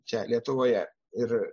čia lietuvoje ir